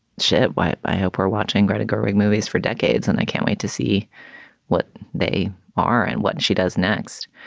shit. what? i hope her watching greta gerwig movies for decades and i can't wait to see what they are and what she does next.